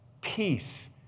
peace